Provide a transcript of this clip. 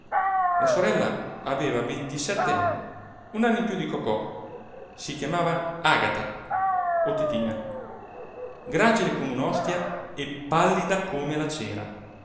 la sorella aveva ventisette anni un anno più di cocò e si chiamava agata o titina gracile come un'ostia e l'uomo solo luigi pirandello pallida come la cera